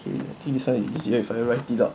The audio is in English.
this [one] is if I write it out